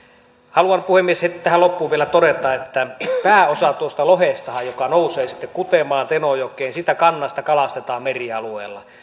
haluan puhemies tähän loppuun vielä todeta että pääosa tuosta lohikannasta joka nousee kutemaan tenojokeen kalastetaan merialueella